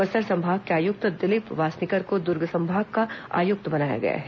बस्तर संभाग के आयुक्त दिलीप वासनीकर को दुर्ग संभाग का आयुक्त बनाया गया है